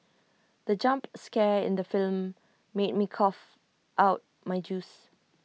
the jump scare in the film made me cough out my juice